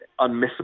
unmissable